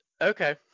Okay